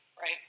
right